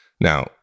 Now